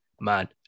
man